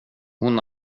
hon